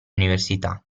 università